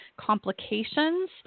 complications